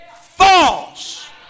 false